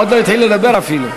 עוד לא התחיל לדבר אפילו.